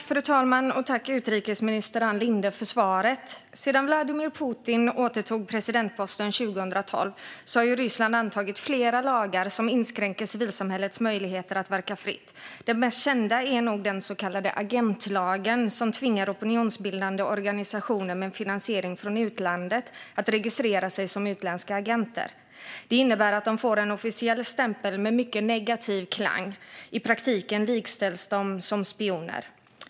Fru talman! Tack, utrikesminister Ann Linde, för svaret! Sedan Vladimir Putin återtog presidentposten 2012 har Ryssland antagit flera lagar som inskränker civilsamhällets möjligheter att verka fritt. Den mest kända är nog den så kallade agentlagen, som tvingar opinionsbildande organisationer med finansiering från utlandet att registrera sig som utländska agenter. Det innebär att de får en officiell stämpel med mycket negativ klang - i praktiken likställs de med spioner.